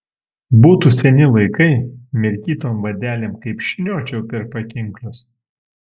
būtų seni laikai mirkytom vadelėm kaip šniočiau per pakinklius